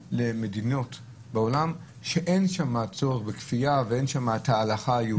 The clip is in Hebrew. למדינות בעולם שאין שם צורך בכפייה ואין שם את ההלכה היהודית,